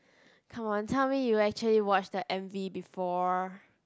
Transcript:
come on tell me you actually watch the M_V before